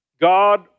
God